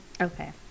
Okay